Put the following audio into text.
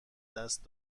دست